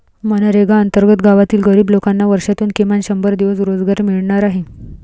मनरेगा अंतर्गत गावातील गरीब लोकांना वर्षातून किमान शंभर दिवस रोजगार मिळणार आहे